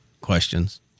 questions